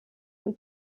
und